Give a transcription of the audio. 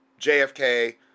JFK